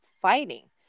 fighting